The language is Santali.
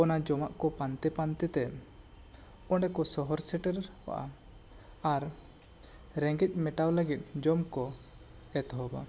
ᱚᱱᱟ ᱡᱚᱢᱟᱜ ᱠᱚ ᱯᱟᱱᱛᱮ ᱯᱟᱱᱛᱮ ᱛᱮ ᱚᱸᱰᱮ ᱠᱚ ᱥᱚᱦᱚᱨ ᱥᱮᱴᱮᱨ ᱠᱚᱜᱼᱟ ᱟᱨ ᱨᱮᱸᱜᱮᱡ ᱢᱮᱴᱟᱣ ᱞᱟᱹᱜᱤᱫ ᱡᱚᱢ ᱠᱚ ᱮᱛᱚᱦᱚᱵᱟ